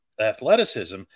athleticism